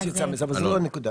הליך